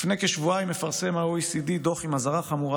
לפני כשבועיים מפרסם ה-OECD דוח עם אזהרה חמורה